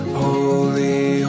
holy